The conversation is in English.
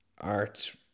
Art